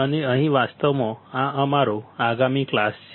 અને અહીં વાસ્તવમાં આ અમારો આગામી ક્લાસ છે